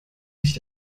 nicht